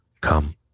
come